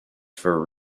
for